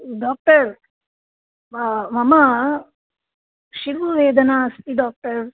doctor मम शिरोवेदना अस्ति डोक्टर्